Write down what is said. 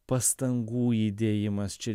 pastangų įdėjimas čia